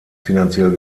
finanziell